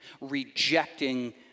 rejecting